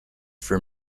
for